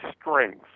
strengths